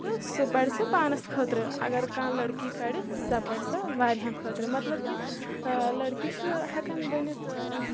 تہٕ سُہ پَرِ سُہ پانَس خٲطرٕ اگر کانٛہہ لٔڑکی پَرِ سۄ پَڑِ سۄ وارِیہن خٲطرٕ مطلب کہ لٔڑکی چھ ہٮ۪کَان بٔنِتھ